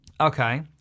Okay